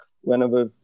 whenever